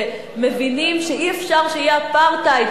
שמבינים שאי-אפשר שיהיה אפרטהייד,